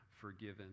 forgiven